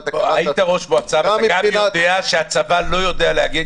היית ראש מועצה ואתה יודע שהצבא לא יודע להגן